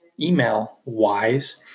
email-wise